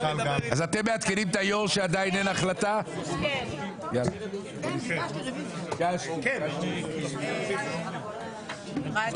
18:49.